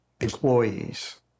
employees